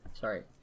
sorry